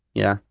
yeah,